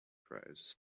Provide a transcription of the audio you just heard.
prize